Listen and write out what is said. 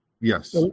yes